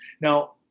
Now